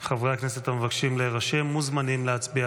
הצעת חוק לתיקון פקודת התעבורה